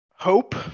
hope